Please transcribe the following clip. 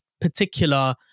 particular